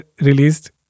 released